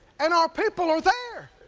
and our people are there.